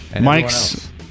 Mike's